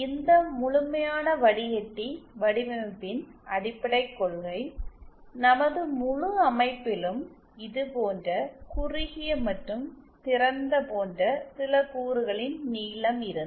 இந்த முழுமையான வடிகட்டி வடிவமைப்பின் அடிப்படைக் கொள்கை நமது முழு அமைப்பிலும் இது போன்ற குறுகிய மற்றும் திறந்த போன்ற சில கூறுகளின் நீளம் இருந்தால்